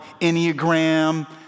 Enneagram